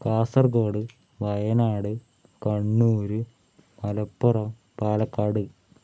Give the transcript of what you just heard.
Kasaragod Wayanad Kannur Malappuram Palakkad